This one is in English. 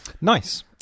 nice